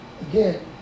again